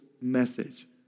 message